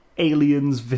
Aliens